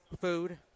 Food